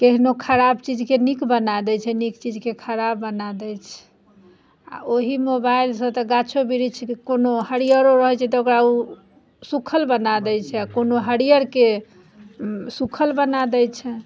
केहनो खराब चीजके नीक बना दै छै नीक चीजके खराब बना दै छै आओर ओहि मोबाइलसँ तऽ गाछो बिरिछ कोनो हरिअरो रहै छै तऽ ओकरा ओ सुखल बना दै छै आओर कोनो हरिअरके सुखल बना दै छै